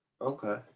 Okay